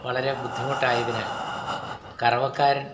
വളരെ ബുദ്ധിമുട്ടായതിനാൽ കറവക്കാരൻ